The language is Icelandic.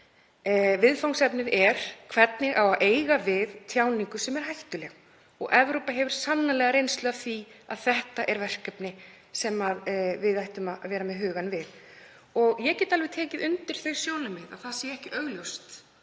Viðfangsefnið er hvernig á að eiga við tjáningu sem er hættuleg. Evrópa hefur sannarlega reynslu af því að það er verkefni sem við ættum að vera með hugann við. Ég get alveg tekið undir þau sjónarmið að það sé ekki augljóst